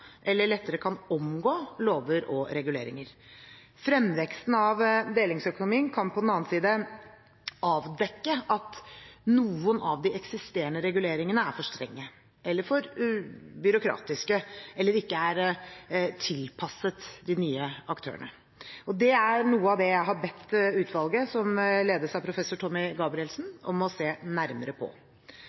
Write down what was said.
eller lettere kan omgå – lover og reguleringer. Fremveksten av delingsøkonomien kan på den annen side avdekke at noen av de eksisterende reguleringene er for strenge, for byråkratiske eller ikke er tilpasset de nye aktørene. Dette er noe av det jeg har bedt utvalget, som ledes av professor Tommy Gabrielsen, om å se nærmere på.